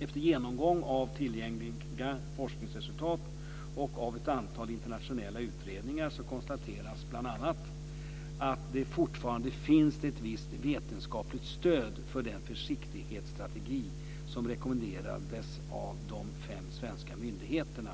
Efter genomgång av tillgängliga forskningsresultat och av ett antal internationella utredningar konstateras bl.a. att det fortfarande finns ett visst vetenskapligt stöd för den försiktighetsstrategi som rekommenderats av de fem svenska myndigheterna,